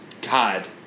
God